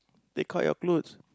they caught your clothes